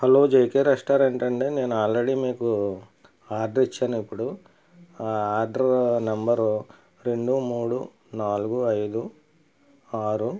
hello JK రెస్టారెంటా అండీ నేను ఆల్రెడీ మీకు ఆర్డర్ ఇచ్చాను ఇప్పుడు ఆ ఆర్డర్ నెంబర్ రెండు మూడు నాలుగు ఐదు ఆరు